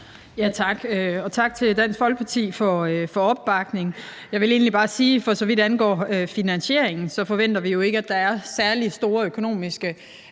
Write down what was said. Tak til Dansk Folkeparti for opbakningen. Jeg vil egentlig bare sige, at for så vidt angår finansieringen, forventer vi jo ikke, at der er særlig store økonomiske